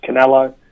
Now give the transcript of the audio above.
Canelo